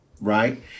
right